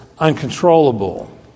uncontrollable